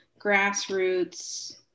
grassroots